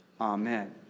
Amen